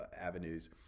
avenues